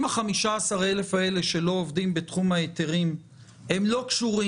אם אותם 15,000 שלא עובדים בתחום לא נמנים,